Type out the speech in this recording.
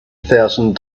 thousand